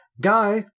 Guy